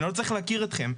אני לא צריך להכיר אתכם.